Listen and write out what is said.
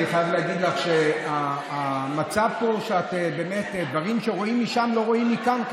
אני חייב להגיד לך שהמצב פה הוא שדברים שרואים משם לא רואים מכאן,